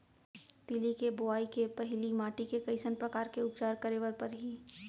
तिलि के बोआई के पहिली माटी के कइसन प्रकार के उपचार करे बर परही?